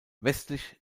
westlich